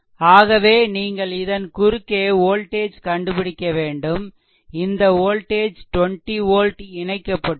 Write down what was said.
ஆகவே நீங்கள் இதன் குறுக்கே வோல்டேஜ் கண்டுபிடிக்க வேண்டும்இந்த வோல்டேஜ் 20 volt இணைக்கப்பட்டுள்ளது